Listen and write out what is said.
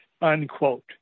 unquote